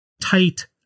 tight